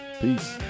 Peace